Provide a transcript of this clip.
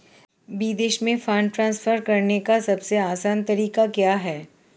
विदेश में fund transfer करने का सबसे आसान तरीका क्या है?